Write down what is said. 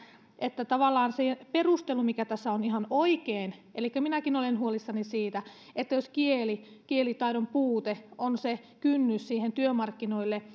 tavallaan se perustelu mikä tässä on on ihan oikein elikkä minäkin olen huolissani siitä jos kieli kielitaidon puute on kynnys työmarkkinoille